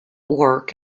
work